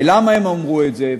ולמה הם אמרו את זה,